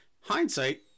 Hindsight